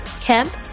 Kemp